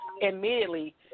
immediately